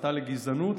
הסתה לגזענות,